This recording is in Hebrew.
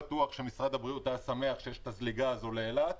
פתרונות נקודתיים ולא בטוח שמשרד הבריאות היה שמח מהזליגה הזאת.